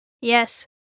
Yes